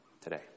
today